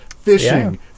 fishing